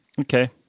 Okay